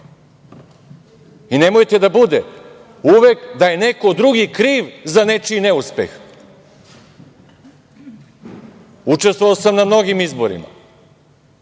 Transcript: I nemojte da bude uvek da je neko drugi kriv za nečiji neuspeh. Učestvovao sam na mnogim izborima.